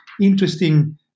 interesting